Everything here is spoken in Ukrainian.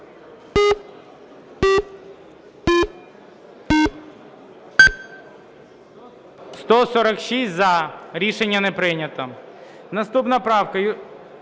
За-146 Рішення не прийнято. Наступна правка,